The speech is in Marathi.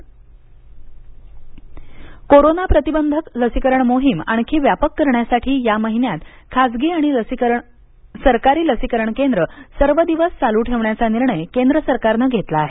कोविड आणि लसीकरण कोरोना प्रतिबंधक लसीकरण मोहीम आणखी व्यापक करण्यासाठी या महिन्यात खाजगी आणि सरकारी लसीकरण केंद्र सर्व दिवस चालू ठेवण्याचा निर्णय केंद्र सरकारनं घेतला आहे